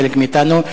חלק מאתנו,